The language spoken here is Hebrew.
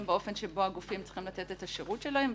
באופן שבו הגופים צריכים לתת את השירות שלהם,